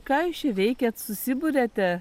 ką jūs čia veikiat susiburiate